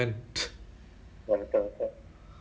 aviva you know aviva insurance